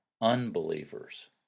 unbelievers